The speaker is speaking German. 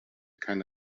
keine